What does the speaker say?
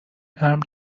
امر